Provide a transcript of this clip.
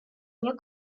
mio